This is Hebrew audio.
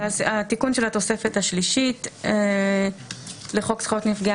התיקון של התוספת השלישית לחוק זכויות נפגעי